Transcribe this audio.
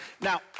Now